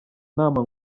nama